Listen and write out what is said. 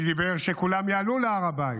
שדיבר שכולם יעלו להר הבית,